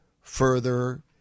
further